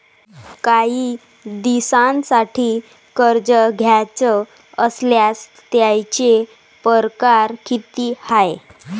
कायी दिसांसाठी कर्ज घ्याचं असल्यास त्यायचे परकार किती हाय?